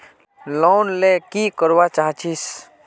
Loan ले की करवा चाहीस?